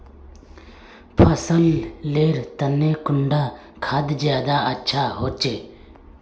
फसल लेर तने कुंडा खाद ज्यादा अच्छा होचे?